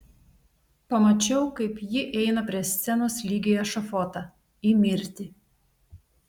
pamačiau kaip ji eina prie scenos lyg į ešafotą į mirtį